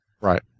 Right